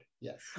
Yes